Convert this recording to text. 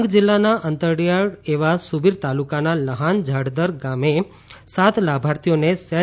ડાંગ જિલ્લાના અંતરિયાળ એવા સુબીર તાલુકા ના લહાન ઝાડદર ગામે સાત લાભાર્થીઓને સેલ